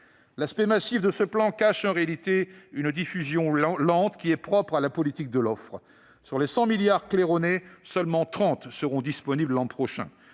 L'aspect massif de ce plan cache en réalité une diffusion lente propre à la politique de l'offre. Sur les 100 milliards d'euros claironnés, seulement 30 milliards seront disponibles l'an prochain.